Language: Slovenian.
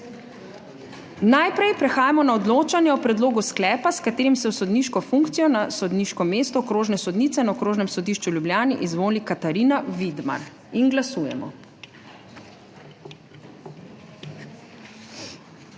Najprej prehajamo na odločanje o predlogu sklepa, s katerim se v sodniško funkcijo na sodniško mesto okrožne sodnice na Okrožnem sodišču v Ljubljani izvoli Katarina Vidmar. Glasujemo.